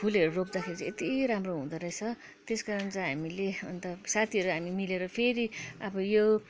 फुलहरू रोप्दाखेरि यति राम्रो हुँदो रहेछ त्यस कारण चाहिँ हामीले अन्त साथीहरू हामी मिलेर फेरि अब यो